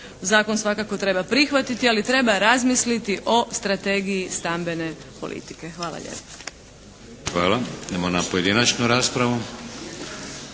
zakon svakako treba prihvatiti ali treba razmisliti o strategiji stambene politike. Hvala lijepo. **Šeks, Vladimir (HDZ)** Hvala. Idemo na pojedinačnu raspravu.